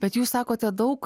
bet jūs sakote daug